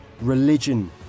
religion